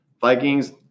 Vikings